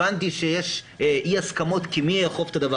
הבנתי שיש אי הסכמות כי מי יאכוף את זה,